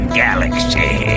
galaxy